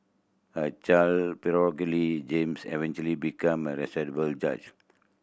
a child James eventually became a respected judge